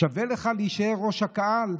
שווה לך להישאר ראש הקהל?